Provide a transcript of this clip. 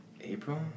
April